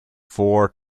four